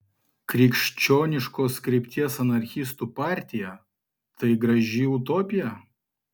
krikščioniškos krypties anarchistų partija tai graži utopija